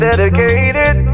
Dedicated